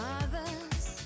others